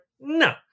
No